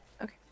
Okay